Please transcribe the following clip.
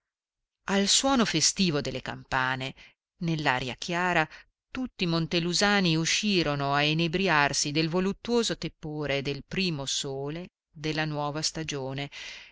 al suono festivo delle campane nell'aria chiara tutti i montelusani uscirono a inebriarsi del voluttuoso tepore del primo sole della nuova stagione